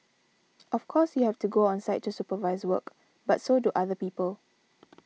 of course you have to go on site to supervise work but so do other people